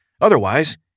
Otherwise